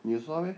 你有刷 meh